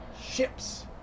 ships